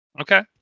Okay